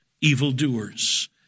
evildoers